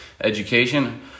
education